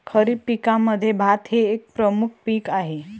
खरीप पिकांमध्ये भात हे एक प्रमुख पीक आहे